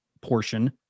portion